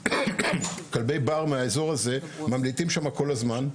כלבי בר מהאזור הזה ממליטים שם כל הזמן.